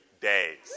days